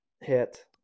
hit